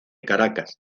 caracas